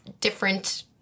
different